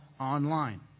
online